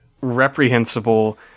reprehensible